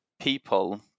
people